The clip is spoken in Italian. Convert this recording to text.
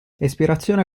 espirazione